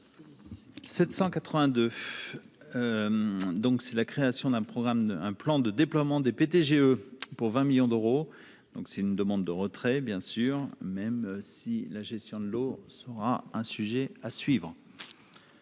donc c'est la création d'un programme, un plan de déploiement des PDG pour 20 millions d'euros, donc c'est une demande de retrait, bien sûr, même si la gestion de l'eau sera un sujet à suivre.